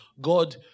god